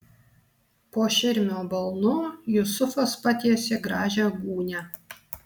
po širmio balnu jusufas patiesė gražią gūnią